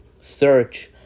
search